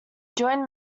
joined